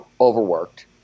overworked